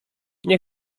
nie